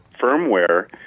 firmware